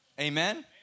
Amen